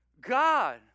God